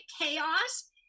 Chaos